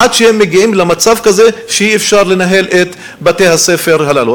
עד שהם מגיעים למצב שאי-אפשר לנהל את בתי-הספר הללו.